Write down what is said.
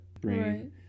Brain